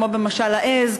כמו במשל העז,